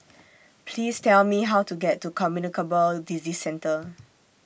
Please Tell Me How to get to Communicable Disease Centre